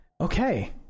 okay